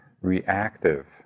reactive